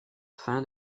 fin